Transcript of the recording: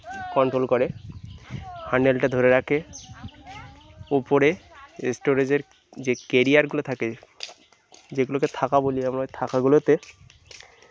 control করে হ্যান্ডেলটা ধরে রাখে উপরে স্টোরেজের যে কেরিয়ারগুলো থাকে যেগুলোকে থাকা বলি আমরা থাকাগুলোতে